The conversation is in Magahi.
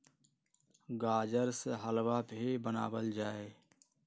गाजर से हलवा भी बनावल जाहई